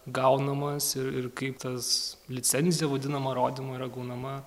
gaunamas ir ir kaip tas licenzija vadinama rodymo yra gaunama